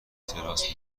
تراس